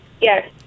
Yes